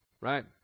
Right